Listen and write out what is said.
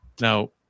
Now